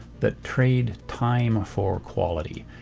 that trade time for quality.